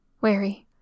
wary